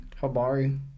Habari